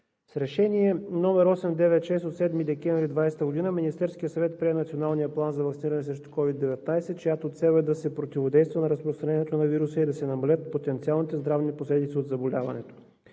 с Решение № 896 от 7 декември 2020 г. Министерският съвет прие Националния план за ваксиниране срещу COVID-19, чиято цел е да се противодейства на разпространението на вируса и да се намалят потенциалните здравни последици от заболяването.